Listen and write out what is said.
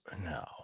No